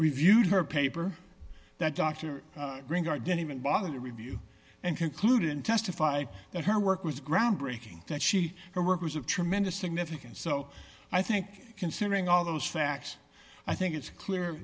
reviewed her paper that dr bring i didn't even bother to review and concluded testify that her work was groundbreaking that she her work was of tremendous significance so i think considering all those facts i think it's clear